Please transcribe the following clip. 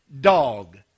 dog